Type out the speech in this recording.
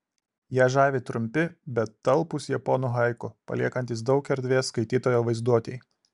ją žavi trumpi bet talpūs japonų haiku paliekantys daug erdvės skaitytojo vaizduotei